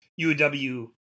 UW